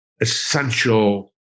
essential